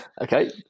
Okay